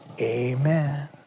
amen